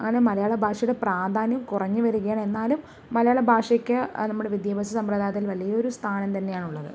അങ്ങനെ മലയാള ഭാഷയുടെ പ്രാധാന്യം കുറഞ്ഞു വരികയാണ് എന്നാലും മലയാള ഭാഷയ്ക്ക് നമ്മുടെ വിദ്യാഭ്യാസ സമ്പ്രദായത്തിൽ വലിയൊരു സ്ഥാനം തന്നെയാണുള്ളത്